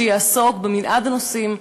שיעסוק במנעד הנושאים,